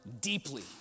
deeply